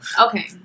Okay